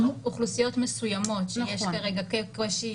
אוכלוסיות מסוימות שיש כרגע קושי,